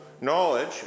knowledge